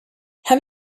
have